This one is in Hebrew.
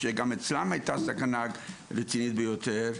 שגם אצלם הייתה סכנה רצינית ביותר.